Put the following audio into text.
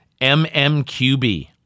mmqb